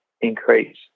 increase